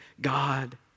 God